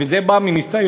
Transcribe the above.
וזה בא מניסיון.